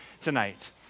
tonight